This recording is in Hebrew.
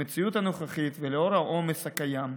במציאות הנוכחית ולנוכח העומס הקיים,